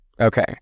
Okay